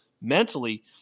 mentally